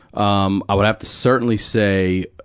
um, i would have to certainly say,